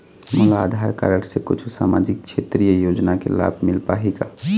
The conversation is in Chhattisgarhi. मोला आधार कारड से कुछू सामाजिक क्षेत्रीय योजना के लाभ मिल पाही का?